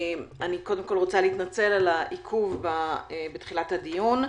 קודם כול אני רוצה להתנצל על העיכוב בתחילת הדיון.